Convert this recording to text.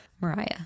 Mariah